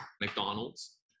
McDonald's